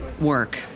work